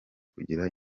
kugira